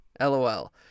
LOL